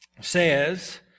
says